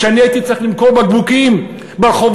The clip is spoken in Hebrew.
כשאני הייתי צריך למכור בקבוקים ברחובות